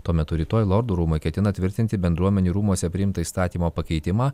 tuo metu rytoj lordų rūmai ketina tvirtinti bendruomenių rūmuose priimtą įstatymo pakeitimą